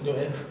kau tengok eh